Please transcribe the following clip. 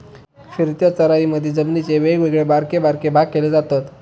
फिरत्या चराईमधी जमिनीचे वेगवेगळे बारके बारके भाग केले जातत